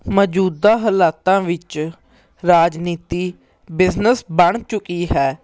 ਮੌਜੂਦਾ ਹਾਲਾਤਾਂ ਵਿੱਚ ਰਾਜਨੀਤੀ ਬਿਜਨਸ ਬਣ ਚੁੱਕੀ ਹੈ